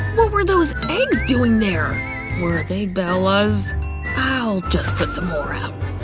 what were those eggs doing there where they bail was wow just put some more up